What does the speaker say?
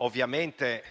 Ovviamente